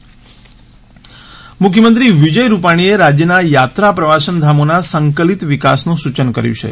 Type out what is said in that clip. મુખ્યમંત્રી યાત્રાધામ મુખ્યમંત્રી વિજય રૂપાણીએ રાજ્યના યાત્રા પ્રવાસન ધામોના સંકલિત વિકાસનું સૂચન કર્યુ છે